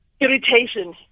irritation